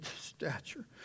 stature